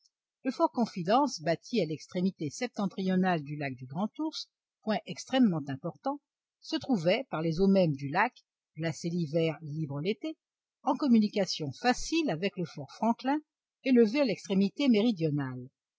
le fort confidence bâti à l'extrémité septentrionale du lac du grand ours point extrêmement important se trouvait par les eaux mêmes du lac glacées l'hiver libres l'été en communication facile avec le fort franklin élevé à l'extrémité méridionale